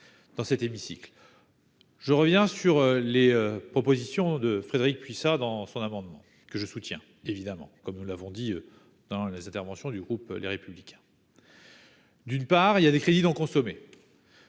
je reviens sur les propositions de Frédérique Puissat dans son amendement, que je soutiens évidemment, comme nous l'avons dit dans les interventions du groupe, les républicains, d'une part, il y a des crédits d'en consommer.